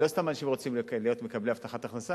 לא סתם אנשים רוצים להיות מקבלי הבטחת הכנסה,